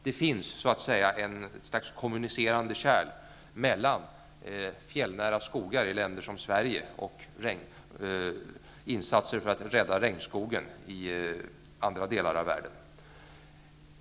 Det finns så att säga ett slags kommunicerande kärl mellan fjällnära skogar i länder som Sverige och insatser för att rädda regnskogen i andra delar av världen.